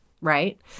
right